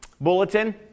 bulletin